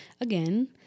again